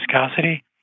viscosity